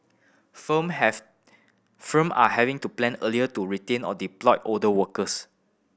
firm have firm are having to plan earlier to retrain or redeploy older workers